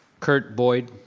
kurt boyd.